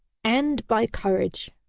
and by courage.